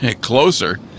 Closer